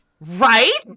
right